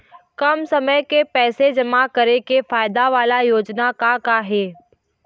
कम समय के पैसे जमा करे के फायदा वाला योजना का का हे?